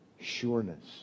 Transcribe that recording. sureness